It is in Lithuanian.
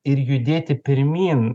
ir judėti pirmyn